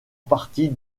partie